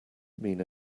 mean